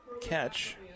catch